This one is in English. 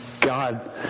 God